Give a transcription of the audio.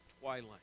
twilight